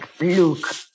look